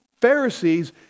Pharisees